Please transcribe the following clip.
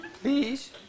Please